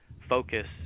focus